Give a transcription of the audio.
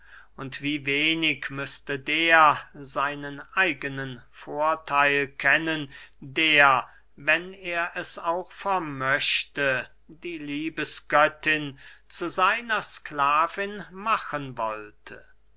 und wie wenig müßte der seinen eigenen vortheil kennen der wenn er es auch vermochte die liebesgöttin zu seiner sklavin machen wollte